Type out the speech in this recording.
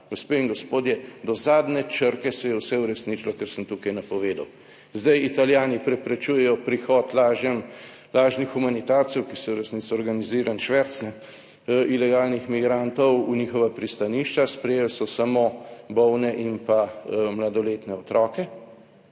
Gospe in gospodje, do zadnje črke se je vse uresničilo, kar sem tukaj napovedal. Zdaj Italijani preprečujejo prihod lažnih humanitarcev, ki so v resnici organizira šverc, ilegalnih migrantov v njihova pristanišča. Sprejeli so samo bolne in pa mladoletne otroke,